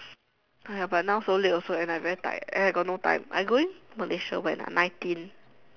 !aiya! but now so late also and I very tired and I got no time I going Malaysia when I'm nineteen